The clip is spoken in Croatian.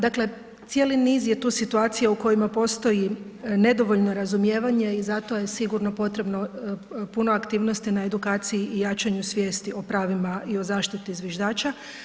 Dakle, cijeli niz je tu situacija u kojima postoji nedovoljno razumijevanje i zato je sigurno potrebno puno aktivnosti na edukciji i jačanju svijesti o pravima i zaštiti zviždača.